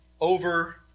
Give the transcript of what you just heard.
over